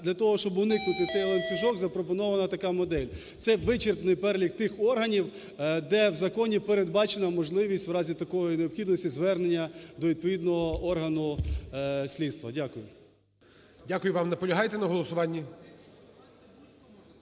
для того, щоб уникнути цей ланцюжок, запропонована така модель. Це вичерпний перелік тих органів, де в законі передбачена можливість в разі такої необхідності звернення до відповідного органу слідства. Дякую. ГОЛОВУЮЧИЙ. Дякую вам. Наполягаєте на голосуванні?